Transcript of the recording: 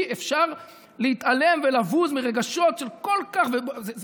אי-אפשר להתעלם ולבוז לרגשות של כל כך הרבה אנשים.